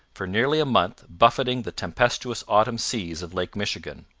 for nearly a month buffeting the tempestuous autumn seas of lake michigan.